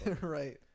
right